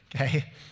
okay